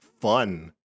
Fun